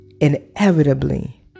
inevitably